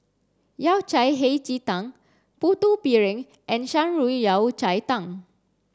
Yao Cai Hei Ji Tang Putu Piring and Shan Rui Yao Cai Tang